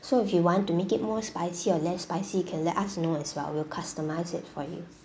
so if you want to make it more spicy or less spicy you can let us know as well we'll customise it for you